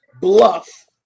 bluff